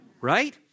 Right